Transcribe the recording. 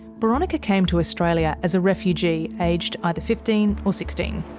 boronika came to australia as a refugee aged either fifteen or sixteen.